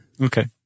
Okay